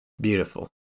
beautiful